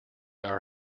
our